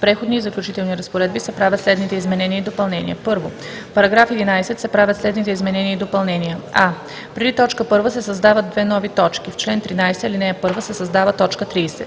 Преходни и заключителни разпоредби се правят следните изменения и допълнения: „1. В § 11 се правят следните изменения и допълнения: а) преди т. 1 се създават две нови точки: „… В чл. 13, ал. 1 се създава т. 30: